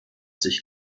sich